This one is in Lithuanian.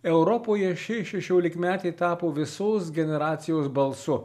europoje ši šešiolikmetė tapo visos generacijos balsu